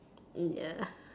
mm ya